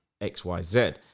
xyz